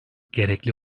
gerekli